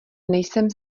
nejsem